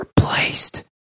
replaced